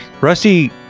Rusty